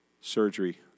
surgery